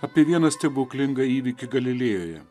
apie vieną stebuklingą įvykį galilėjoje